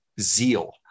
zeal